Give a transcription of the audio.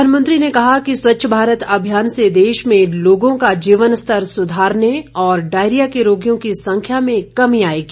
प्रधानमंत्री ने कहा कि स्वच्छ भारत अभियान से देश मे लोगों का जीवनस्तर सुधारने और डायरिया के रोगियों की संख्या में कमी आई है